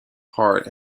part